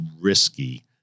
risky